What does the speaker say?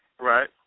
Right